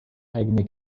eigene